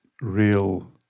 real